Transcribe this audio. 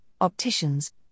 opticians